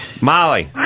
Molly